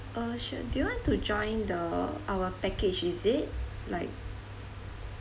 uh sure do you want to join the our package is it like